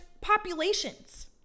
populations